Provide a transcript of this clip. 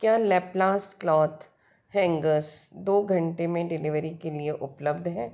क्या लैपलास्ट cloth hangers दो घंटे में डिलीवरी के लिए उपलब्ध हैं